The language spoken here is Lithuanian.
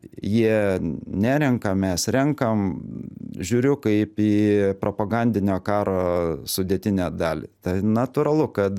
jie nerenka mes renkam žiūriu kaip į propagandinio karo sudėtinę dalį tai natūralu kad